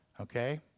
Okay